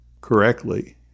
correctly